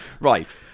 Right